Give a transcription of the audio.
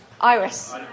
Iris